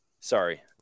Sorry